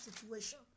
situation